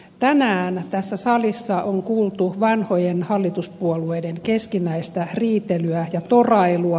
tänään tässä salissa on kuultu vanhojen hallituspuolueiden keskinäistä riitelyä ja torailua